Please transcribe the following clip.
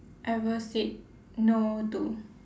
ever said no to